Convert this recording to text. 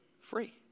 free